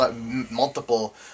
multiple